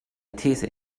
these